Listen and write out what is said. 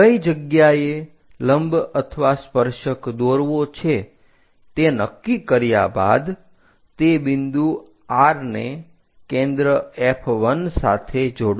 કઈ જગ્યાએ લંબ અથવા સ્પર્શક દોરવો છે તે નક્કી કર્યા બાદ તે બિંદુ R ને કેન્દ્ર F1 સાથે જોડો